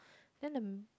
then the